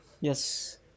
yes